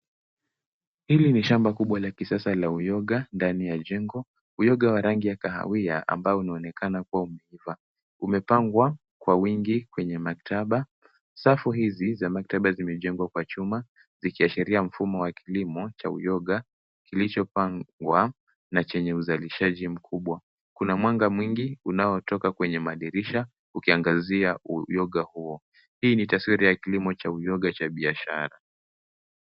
Hili ni shamba kubwa la kisasa la uyoga ndani ya jengo. Uyoga wa rangi ya kahawia ambao unaonekana kuwa umeiva umepangwa kwa wingi kwenye maktaba. Safu hizi za maktaba zimejengwa kwa chuma zikiashiria mfumo wa kilimo cha uyoga kilichopandwa na chenye uzalishaji mkubwa. Kuna mwanga mwingi unaotoka kwenye madirisha ukiangazia uyoga huo. Hii ni tadwira ya kilimo cha uyoga cha biashara.